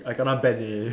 I kena ban already